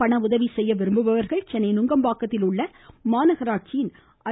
பண உதவி செய்ய விரும்புவர்கள் சென்னை நங்கம்பாக்கத்தில் உள்ள மாநகராட்சியின் ஐ